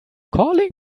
calling